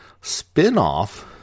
spin-off